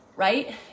Right